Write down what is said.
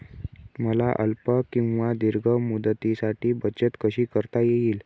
मला अल्प किंवा दीर्घ मुदतीसाठी बचत कशी करता येईल?